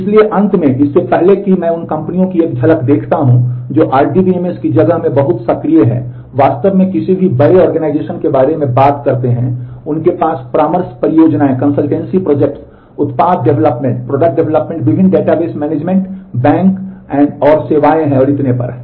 इसलिए अंत में इससे पहले कि मैं उन कंपनियों की एक झलक देखता हूं जो आरडीएमएस बैक एंड सेवाएं और इतने पर हैं